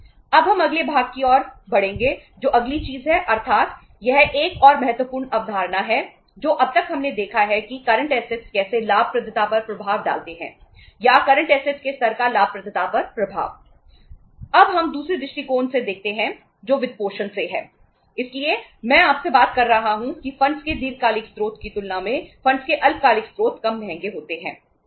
अब हम अगले भाग की ओर बढ़ेंगे जो अगली चीज है अर्थात यह एक और महत्वपूर्ण अवधारणा है जो अब तक हमने देखा है कि करंट असेट्स के अल्पकालिक स्त्रोत कम महंगे होते हैं